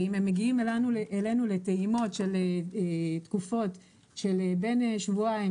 אם הם מגיעים אלינו לטעימות של תקופות של בין שבועיים